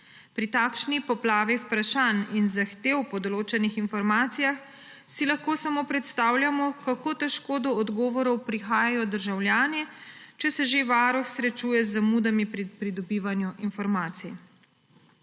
Pri takšni poplavi vprašanj in zahtev po določenih informacijah si lahko samo predstavljamo, kako težko do odgovorov prihajajo državljani, če se že Varuh srečuje z zamudami pri pridobivanju informacij.